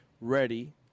ready